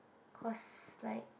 cause like